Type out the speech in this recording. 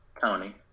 Tony